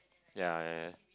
ya ya ya